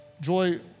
Joy